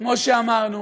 כמו שאמרנו,